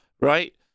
right